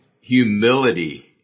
humility